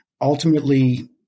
ultimately